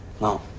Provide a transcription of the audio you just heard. No